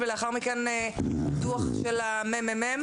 ולאחר מכן דוח של הממ"מ.